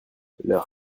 leur